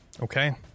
Okay